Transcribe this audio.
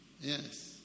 Yes